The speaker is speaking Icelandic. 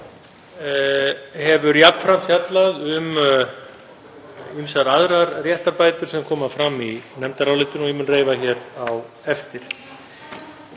hefur jafnframt fjallað um ýmsar aðrar réttarbætur sem koma fram í nefndarálitinu og ég mun reifa hér á eftir.